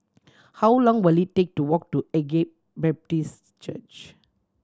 how long will it take to walk to Agape Baptist Church